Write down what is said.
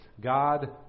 God